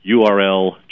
URL